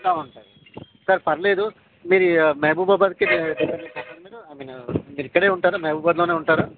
sir పర్లేదు మీరు Mahabubabad I mean మీరు ఇక్కడే మహబూబాబాద్లోనే ఉంటారా